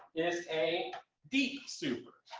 is a deep super.